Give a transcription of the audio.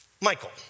Michael